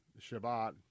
Shabbat